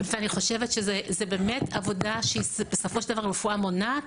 אני חושבת שזאת באמת עבודה שבסופו של דבר היא רפואה מונעת,